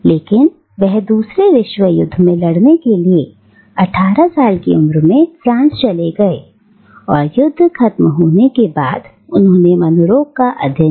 लेकिन वह दूसरे विश्वयुद्ध में लड़ने के लिए 18 साल की उम्र में फ्रांस चले गए और युद्ध खत्म होने के बाद उन्होंने मनोरोग का अध्ययन किया